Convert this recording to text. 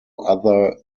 other